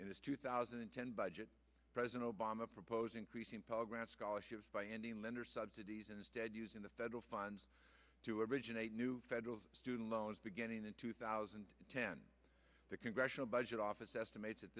this two thousand and ten budget president obama propose increasing pell grants scholarships by ending lender subsidies and instead using the federal funds to originate new federal student loans beginning in two thousand and ten the congressional budget office estimates